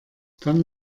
dann